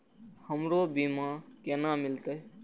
हमरो बीमा केना मिलते?